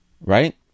Right